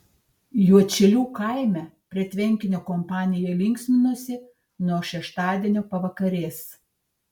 juodšilių kaime prie tvenkinio kompanija linksminosi nuo šeštadienio pavakarės